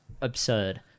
absurd